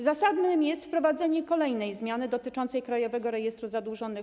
Zasadnym jest wprowadzenie kolejnej zmiany, dotyczącej Krajowego Rejestru Zadłużonych.